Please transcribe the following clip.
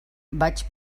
vaig